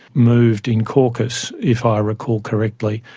moved in caucus, if i recall correctly,